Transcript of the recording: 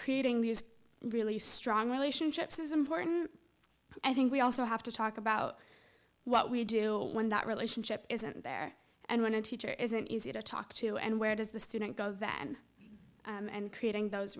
creating these really strong relationships is important but i think we also have to talk about what we do know when that relationship isn't there and when a teacher isn't easy to talk to and where does the student go van and creating those